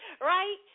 Right